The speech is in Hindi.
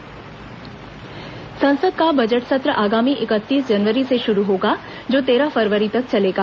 संसद बजट सत्र संसद का बजट सत्र आगामी इकतीस जनवरी से शुरू होगा जो तेरह फरवरी तक चलेगा